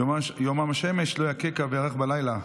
יומם השמש לא יככה וירח בלילה.